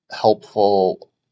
helpful